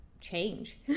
change